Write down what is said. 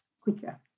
quicker